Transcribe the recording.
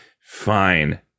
Fine